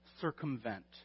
circumvent